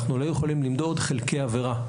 אנחנו לא יכולים למדוד חלקי עבירה.